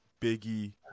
Biggie